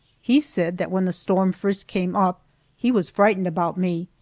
he said that when the storm first came up he was frightened about me,